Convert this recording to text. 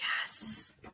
yes